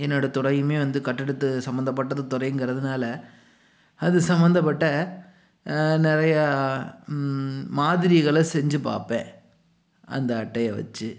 என்னோட துறையுமே வந்து கட்டிடத்தை சம்மந்தப்பட்ட துறையிங்கறதுனால அது சம்மதப்பட்ட நிறைய மாதிரிகள செஞ்சு பார்ப்பேன் அந்த அட்டையை வச்சு